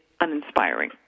uninspiring